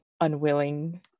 unwilling